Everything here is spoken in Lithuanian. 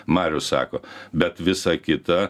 marius sako bet visa kita